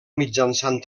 mitjançant